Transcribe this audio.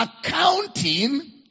accounting